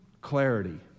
Clarity